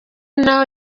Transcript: naho